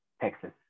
Texas